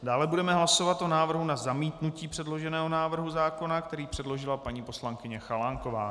Dále budeme hlasovat o návrhu na zamítnutí předloženého návrhu zákona, který předložila paní poslankyně Chalánková.